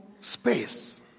space